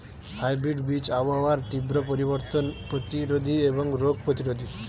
hybrid বীজ আবহাওয়ার তীব্র পরিবর্তন প্রতিরোধী এবং রোগ প্রতিরোধী